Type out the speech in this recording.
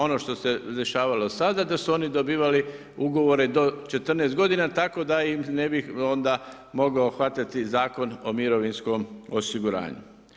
Ono što se dešavalo sada, da su oni dobivali ugovor do 14 godina, tako da ih ne bi onda mogao hvatati Zakon o mirovinskom osiguranju.